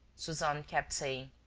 suzanne kept saying.